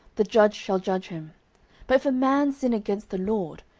the judge shall judge him but if a man sin against the lord,